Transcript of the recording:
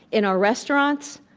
in our restaurants,